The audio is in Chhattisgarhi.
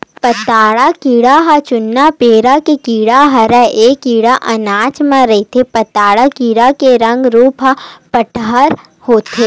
पताड़ा कीरा ह जुन्ना बेरा के कीरा हरय ऐ कीरा अनाज म रहिथे पताड़ा कीरा के रंग रूप ह पंडरा होथे